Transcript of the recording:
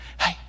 hey